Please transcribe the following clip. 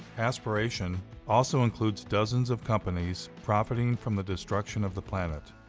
aspiration also includes dozens of companies profiting from the destruction of the planet.